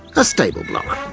a stable block,